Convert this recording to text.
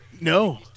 No